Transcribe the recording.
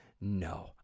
No